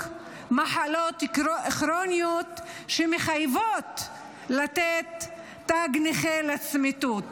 מחלות כרוניות שמחייבות לתת תג נכה לצמיתות.